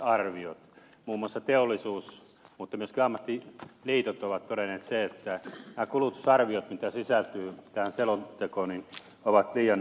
muun muassa teollisuus mutta myöskin ammattiliitot ovat todenneet sen että nämä kulutusarviot mitä sisältyy tähän selontekoon ovat liian alhaiset